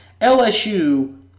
LSU